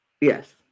Yes